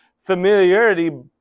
familiarity